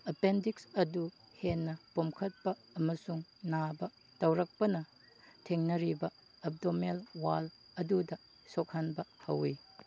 appendix ꯑꯗꯨ ꯍꯦꯟꯅ ꯄꯣꯝꯈꯠꯄ ꯑꯃꯁꯨꯡ ꯅꯥꯕ ꯇꯧꯔꯛꯄꯅ ꯊꯦꯡꯅꯔꯤꯕ ꯑꯦꯞꯗꯣꯃꯦꯜ ꯋꯥꯜ ꯑꯗꯨꯗ ꯁꯣꯛꯍꯟꯕ ꯍꯧꯋꯤ